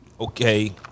okay